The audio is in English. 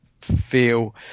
feel